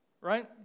Right